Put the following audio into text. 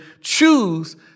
choose